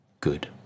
good